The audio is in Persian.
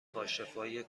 کاشفای